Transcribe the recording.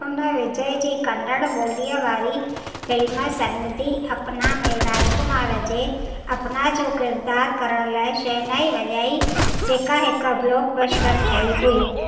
हुन विजय जी कन्नड़ ॿोलीअ वारी फिल्म सनदी अपना में राजकुमार जे अपना जो किरदारु करण लाइ शहनाई वजाई जेका हिकु ब्लॉकबस्टर ठही हुई